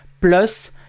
Plus